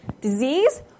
disease